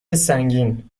سنگین